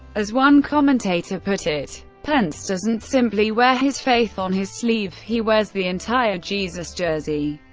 as one commentator put it, pence doesn't simply wear his faith on his sleeve he wears the entire jesus jersey.